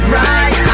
right